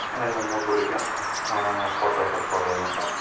எனக்கு ரொம்ப பிடிக்கும் போட்டோஸை போட்றது மட்டும்